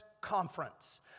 conference